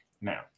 Now